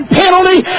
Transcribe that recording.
penalty